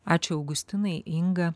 ačiū augustinai inga